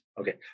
Okay